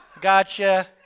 Gotcha